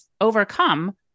overcome